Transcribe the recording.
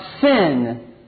sin